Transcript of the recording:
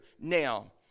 Now